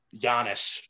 Giannis